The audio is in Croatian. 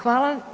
Hvala.